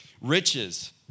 riches